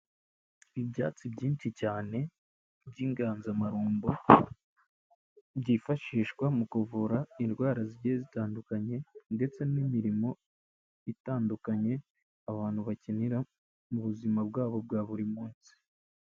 Ibyatsi byinshi cyane by'inganzamarumbo, byifashishwa mu kuvura indwara zigiye zitandukanye ndetse n'imirimo itandukanye abantu bakenera mu buzima bwabo bwa buri munsi.